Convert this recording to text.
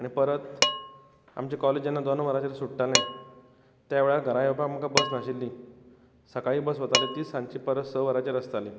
आनी परत आमची कॉलेज जेन्ना दोन वरांचेर सुट्टाली त्या वेळार घरा येवपाक आमकां बस नाशिल्ली सकाळीं बस वताली तीच सांजेची स वरांचेर आसताली